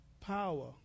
power